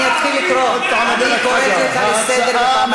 הערבים, חבר הכנסת טלב אבו עראר, אני אתחיל לקרוא.